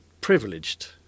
privileged